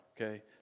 okay